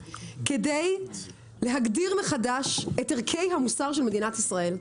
כדי להגדיר מחדש את ערכי המוסר של מדינת ישראל.